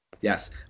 Yes